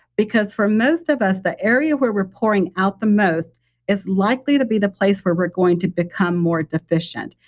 because for most of us the area where we're pouring out the most is likely to be the place where we're going to become more deficient,